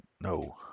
No